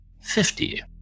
Fifty